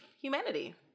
humanity